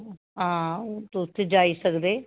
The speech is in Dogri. हां तुस उत्थें जाई सकदे